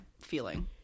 feeling